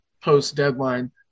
post-deadline